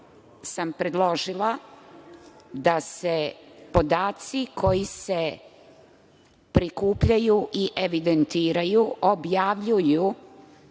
sam predložila da se podaci koji se prikupljaju i evidentiraju objavljuju,